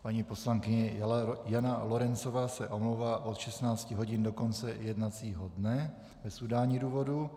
Paní poslankyně Jana Lorencová se omlouvá od 16 hodin do konce jednacího dne bez udání důvodu.